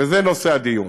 וזה נושא הדיון,